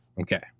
Okay